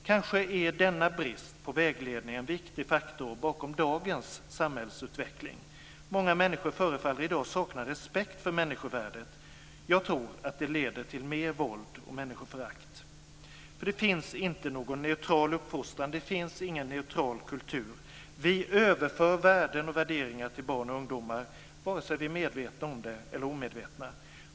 Kanske är denna brist på vägledning en viktig faktor bakom dagens samhällsutveckling. Många människor förefaller i dag sakna respekt för människovärdet. Jag tror att det leder till mer våld och människoförakt. Det finns nämligen inte någon neutral uppfostran och det finns ingen neutral kultur. Vi överför värden och värderingar till barn och ungdomar vare sig vi är medvetna eller omedvetna om det.